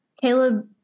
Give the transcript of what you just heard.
Caleb